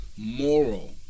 moral